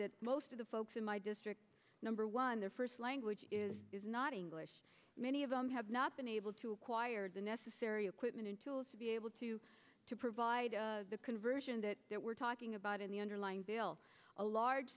that most of the folks in my district number one their first language is not english many of them have not been able to acquire the necessary equipment and tools to be able to to provide the conversion that we're talking about in the underlying bill a large